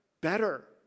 better